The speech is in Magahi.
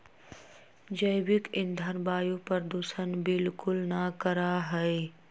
जैविक ईंधन वायु प्रदूषण बिलकुल ना करा हई